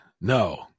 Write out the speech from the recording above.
No